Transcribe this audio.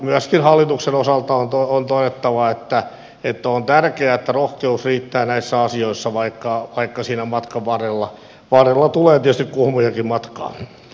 myöskin hallituksen osalta on todettava että on tärkeää että rohkeus riittää näissä asioissa vaikka siinä matkan varrella tulee tietysti kuhmujakin